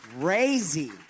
Crazy